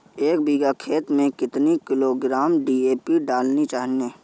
एक बीघा खेत में कितनी किलोग्राम डी.ए.पी डालनी चाहिए?